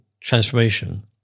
transformation